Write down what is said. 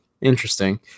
interesting